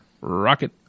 rocket